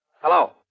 Hello